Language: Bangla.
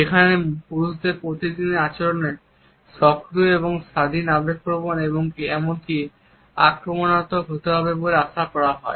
যেখানে পুরুষদের প্রতিদিনের আচরণে সক্রিয় এবং স্বাধীন আবেগপ্রবণ এবং এমনকি আক্রমণাত্মক হতে হবে বলে আশা করা হয়